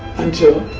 until,